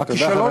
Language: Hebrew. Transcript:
תודה,